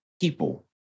people